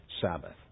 Sabbath